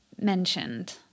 mentioned